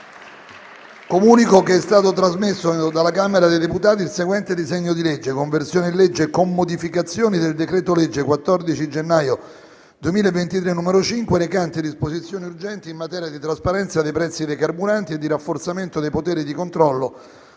Comunico che è stato trasmesso dalla Camera dei deputati il seguente disegno di legge: «Conversione in legge, con modificazioni, del decreto-legge 14 gennaio 2023, n. 5, recante disposizioni urgenti in materia di trasparenza dei prezzi dei carburanti e di rafforzamento dei poteri di controllo